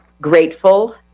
grateful